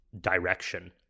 direction